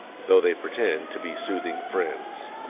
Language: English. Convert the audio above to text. though they pretend to be soothing friends.